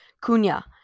Cunha